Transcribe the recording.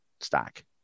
stack